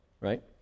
right